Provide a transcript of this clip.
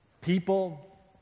people